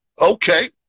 Okay